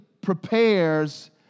prepares